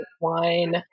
wine